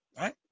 Right